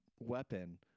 Weapon